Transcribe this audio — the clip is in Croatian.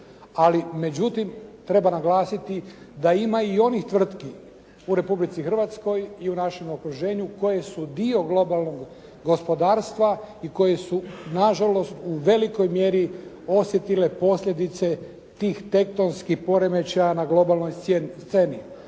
Ali međutim, treba naglasiti da ima i onih tvrtki u Republici Hrvatskoj i u našem okruženju koje su dio globalnog gospodarstva i koje su na žalost u velikoj mjeri osjetile posljedice tih tektonskih poremećaja na globalnoj sceni.